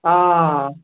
ஆ